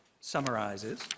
summarizes